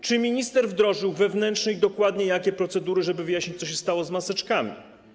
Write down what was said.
Czy minister wdrożył wewnętrzne, i jakie dokładnie, procedury, żeby wyjaśnić, co się stało z maseczkami?